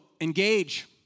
engage